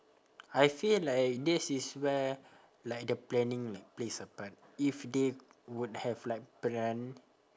I feel like this is where like the planning like plays a part if they would have like planned